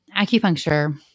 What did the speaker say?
acupuncture